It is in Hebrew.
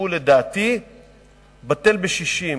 הוא לדעתי בטל בשישים.